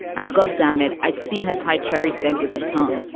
and god damn it. i've seen her. tai cherry stems with her tongue.